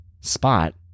spot